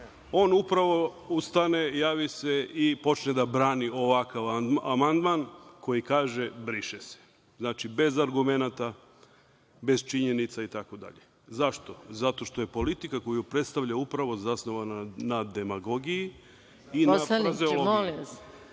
on upravo ustane, javi se i počne da brani ovakav amandman, koji kaže – briše se. Znači, bez argumenata, bez činjenica, itd. Zašto? Zato što je politika koju predstavlja upravo zasnovana na demagogiji i na frazeologiji.